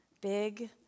Big